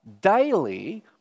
daily